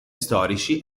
storici